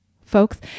folks